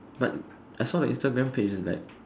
but I saw the Instagram page is like